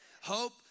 Hope